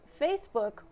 facebook